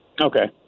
Okay